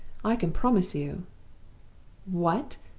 i can promise you what!